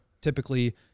typically